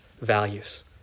values